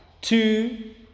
two